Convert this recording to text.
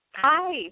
Hi